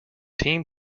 team